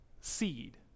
seed